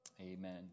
Amen